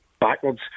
backwards